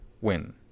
win